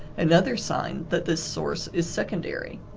another sign that this source is secondary.